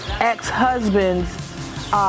ex-husband's